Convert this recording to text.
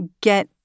get